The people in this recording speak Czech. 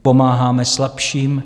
Pomáháme slabším.